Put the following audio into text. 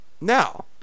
Now